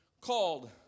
called